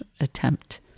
attempt